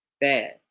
Bad